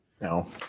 no